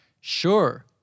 Sure